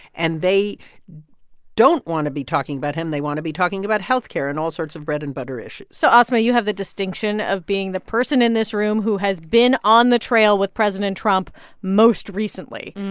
and they don't want to be talking about him. they want to be talking about health care and all sorts of bread-and-butter issues so, asma, you have the distinction of being the person in this room who has been on the trail with president trump most recently.